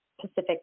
Pacific